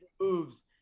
moves